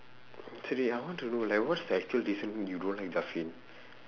actually I want to know like what's the actual reason you don't like